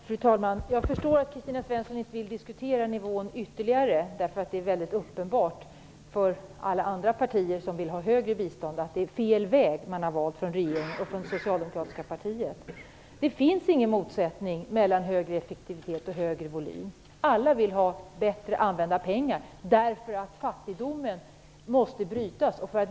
Fru talman! Jag förstår att Kristina Svensson inte vill diskutera nivån ytterligare, eftersom det är väldigt uppenbart för alla andra partier som vill ha högre bistånd att regeringen och det socialdemokratiska partiet har valt fel väg. Det finns ingen motsättning mellan större effektivitet och större volym. Alla vill att pengarna skall användas på ett bättre sätt, eftersom fattigdomen måste brytas.